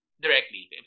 Directly